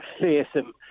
fearsome